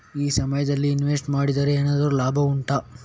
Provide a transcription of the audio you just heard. ಈ ಸಮಯದಲ್ಲಿ ಇನ್ವೆಸ್ಟ್ ಮಾಡಿದರೆ ಏನಾದರೂ ಲಾಭ ಉಂಟಾ